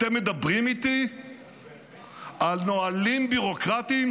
אתם מדברים איתי על נהלים בירוקרטיים?